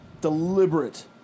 deliberate